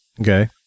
Okay